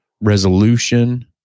resolution